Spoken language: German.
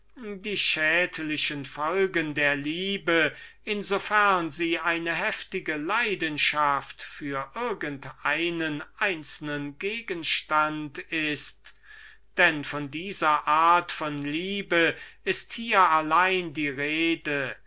die schädlichen folgen der liebe in so ferne sie eine heftige leidenschaft für irgend einen einzelnen gegenstand ist denn von dieser art von liebe ist hier allein die rede